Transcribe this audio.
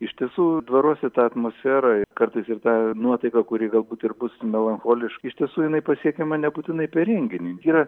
iš tiesų dvaruose ta atmosfera kartais ir ta nuotaika kuri galbūt ir bus melancholiška iš tiesų jinai pasiekiama nebūtinai per renginį yra